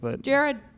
Jared